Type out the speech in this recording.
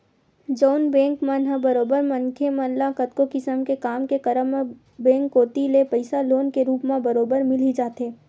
जउन बेंक मन ह बरोबर मनखे मन ल कतको किसम के काम के करब म बेंक कोती ले पइसा लोन के रुप म बरोबर मिल ही जाथे